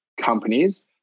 companies